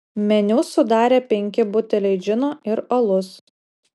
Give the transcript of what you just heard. meniu sudarė penki buteliai džino ir alus